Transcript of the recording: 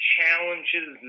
challenges